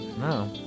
No